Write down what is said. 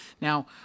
Now